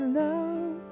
love